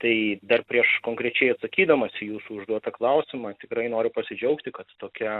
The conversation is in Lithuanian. tai dar prieš konkrečiai atsakydamas į jūsų užduotą klausimą tikrai noriu pasidžiaugti kad tokia